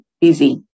busy